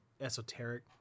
esoteric